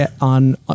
on